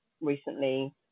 recently